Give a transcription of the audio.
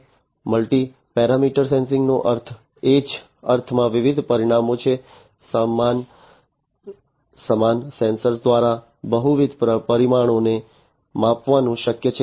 multi parameter સેન્સિંગનો અર્થ એ જ અર્થમાં વિવિધ પરિમાણો છે સમાન સેન્સર દ્વારા બહુવિધ પરિમાણોને માપવાનું શક્ય છે